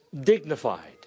dignified